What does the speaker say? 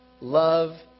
Love